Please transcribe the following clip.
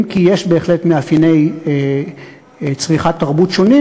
אם כי יש בהחלט מאפייני צריכת תרבות שונים,